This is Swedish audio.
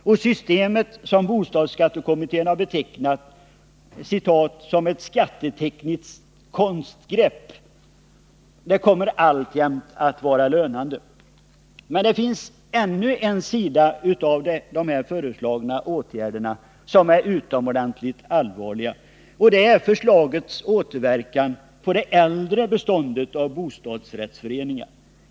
Detta system, som bostadsskatte kommittén betecknat som ”ett skattetekniskt konstgrepp”, kommer alltjämt att vara lönande. Men det finns ännu en sida av de föreslagna åtgärderna som är utomordentligt allvarlig, och det är förslagets återverkan på det äldre beståndet av bostadsrättsföreningar.